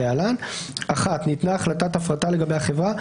שלהלן: ניתנה החלטת הפרטה לגבי החברה,